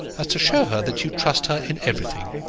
as to show her that you trust her in everything.